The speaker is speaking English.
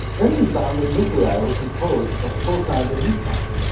then we found that nuclei were composed of protons and neutrons.